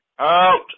Out